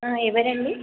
ఎవరండి